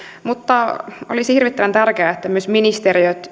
mutta olisi hirvittävän tärkeää että myös ministeriöt